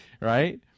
right